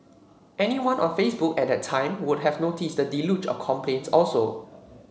anyone on Facebook at that time would have noticed the deluge of complaints also